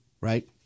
right